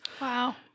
Wow